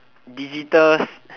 digital